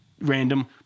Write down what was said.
random